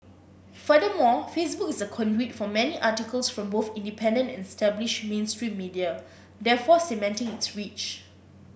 furthermore Facebook is a conduit for many articles from both independent and established mainstream media therefore cementing its reach